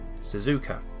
Suzuka